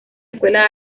escuela